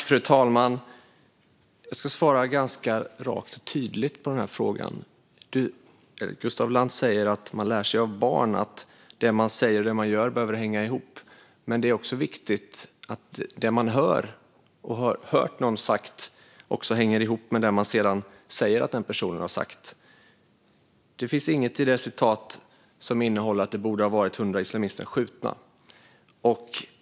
Fru talman! Jag ska svara ganska rakt och tydligt på den här frågan. Gustaf Lantz säger att man lär sig av barn att det man säger och det man gör behöver hänga ihop. Men det är också viktigt att det man hört någon säga också hänger ihop med det man sedan säger att den personen har sagt. Det finns inget i det citatet som säger att det borde ha varit hundra skjutna islamister.